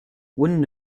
wounded